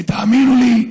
ותאמינו לי,